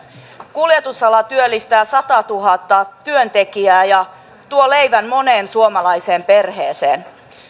kuljetusala työllistää satatuhatta työntekijää ja tuo leivän moneen suomalaiseen perheeseen